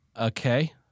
Okay